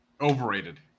Overrated